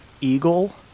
eagle